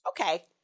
Okay